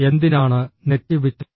എന്തിനാണ് നെറ്റിവിറ്റ്